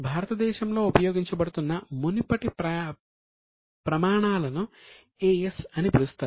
భారతదేశంలో ఉపయోగించబడుతున్న మునుపటి ప్రమాణాలను AS అని పిలుస్తారు